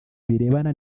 birebana